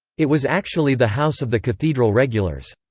it was actually the house of the cathedral regulars.